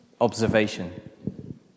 observation